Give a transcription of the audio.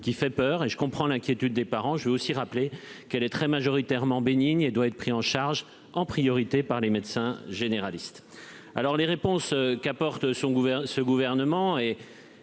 qui fait peur et je comprends l'inquiétude des parents, je veux aussi rappeler qu'elle est très majoritairement bénigne et doit être pris en charge en priorité par les médecins généralistes, alors les réponses qu'apporte son gouvernement